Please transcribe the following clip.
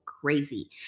crazy